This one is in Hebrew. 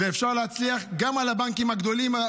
אפשר להצליח, גם על הבנקים הגדולים.